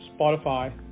Spotify